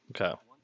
Okay